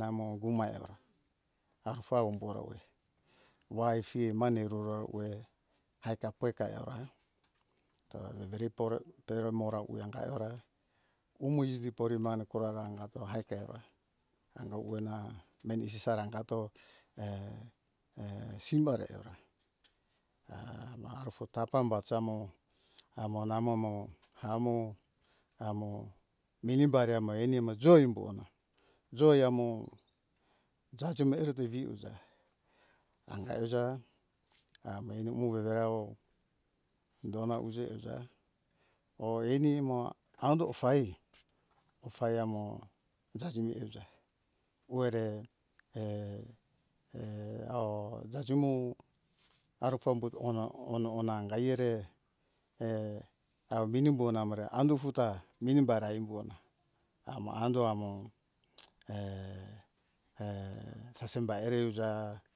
namo gumaira afa umborowe waifi mane roro uwe aika poika eora dedepora teremora uwengai or umo iji poremana korara angato aikeora anga uwena meni sarangato simo eora a ma arufo tapam batamo amo namomo amo minimbai anima jo embora joemo jajemo ereto viuja angai iuja amo ani orere awo dona uje uja o ani emo ando ofai ofai amo jajemi ujai oere ao jajemo arafambuto ona ono angae ere aminimbo namore andu futa minim bara embona amo ando amo sasemba ere uja